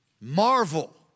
marvel